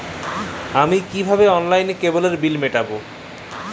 আমি কিভাবে অনলাইনে কেবলের বিল মেটাবো?